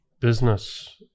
business